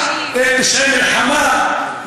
ביצע פשעי מלחמה.